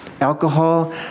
alcohol